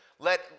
Let